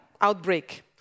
outbreak